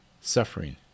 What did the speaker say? suffering